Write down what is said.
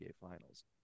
finals